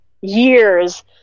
years